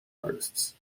artists